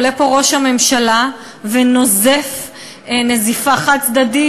עולה פה ראש הממשלה ונוזף נזיפה חד-צדדית,